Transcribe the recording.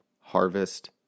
Harvest